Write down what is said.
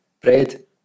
Bread